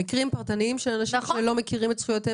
מקרים פרטניים של אנשים שלא מכירים את זכויותיהם